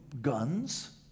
guns